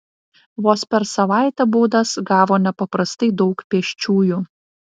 vos per savaitę baudas gavo nepaprastai daug pėsčiųjų